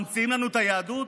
ממציאים לנו את היהדות?